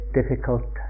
difficult